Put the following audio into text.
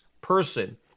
person